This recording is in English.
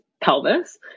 pelvis